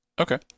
Okay